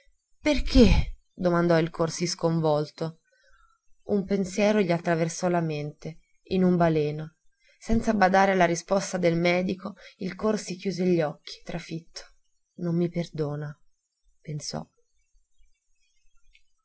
perché domandò il corsi sconvolto un pensiero gli attraversò la mente in un baleno senza badare alla risposta del medico il corsi richiuse gli occhi trafitto non mi perdona pensò